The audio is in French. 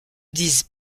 disent